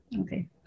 Okay